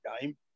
game